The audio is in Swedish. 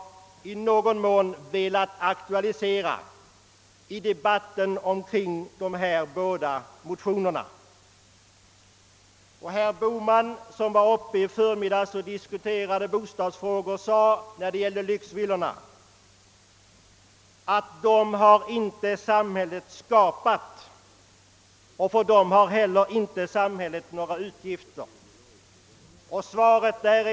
Det är det som vi har velat aktualisera i debatten kring de båda motioner som här diskuteras. Herr Bohman talade i förmiddags om bostadsfrågorna och sade då om lyxvillorna att de villorna hade samhället inte skapat och samhället hade inte heller några utgifter för dem.